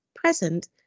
Present